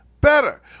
better